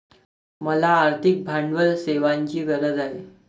मला आर्थिक भांडवल सेवांची गरज आहे